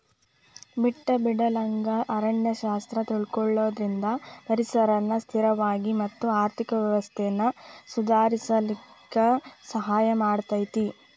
ಬಿಟ್ಟು ಬಿಡಲಂಗ ಅರಣ್ಯ ಶಾಸ್ತ್ರ ತಿಳಕೊಳುದ್ರಿಂದ ಪರಿಸರನ ಸ್ಥಿರವಾಗಿ ಮತ್ತ ಆರ್ಥಿಕ ವ್ಯವಸ್ಥೆನ ಸುಧಾರಿಸಲಿಕ ಸಹಾಯ ಮಾಡತೇತಿ